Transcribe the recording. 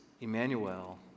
Emmanuel